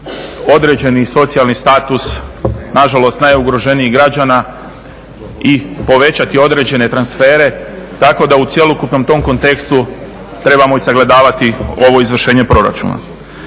određeni socijalni status nažalost najugroženijih građana i povećati određene transfere tako da u cjelokupnom tom kontekstu trebamo sagledavati ovo izvršenje proračuna.